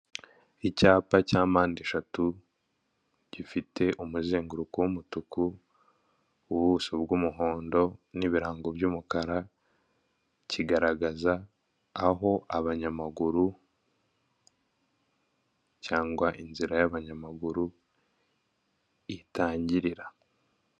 Icyapa cya mpandeshatu gifite umuzenguruko w'umutuku ubuso bw'umuhondo n'ibirango by'umukara, kigaragaza aho abanyamaguru cyangwa inzira y'abanyamaguru itangirira.